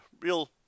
real